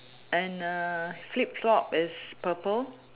and uh flip flop is purple